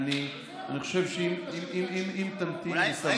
אני חושב שאם תמתין בסבלנות,